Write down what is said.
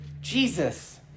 Jesus